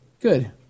Good